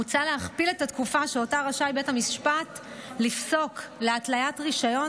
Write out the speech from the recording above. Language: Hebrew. מוצע להכפיל את התקופה שבית המשפט רשאי לפסוק התליית רישיון